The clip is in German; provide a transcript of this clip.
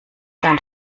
dann